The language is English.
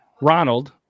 Ronald